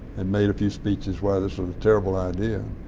and made a few speeches why this was a terrible idea.